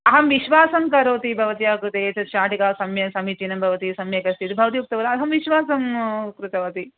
अहं विश्वासं करोति भवत्याः कृते एतत् शाटिका सम्यक् समीचीनं भवति सम्यक् अस्ति इति भवती उक्तं अहं विश्वासं कृतवती